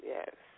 Yes